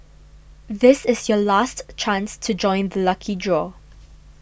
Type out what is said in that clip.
this is your last chance to join the lucky draw